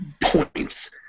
points